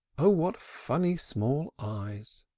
oh, what funny small eyes!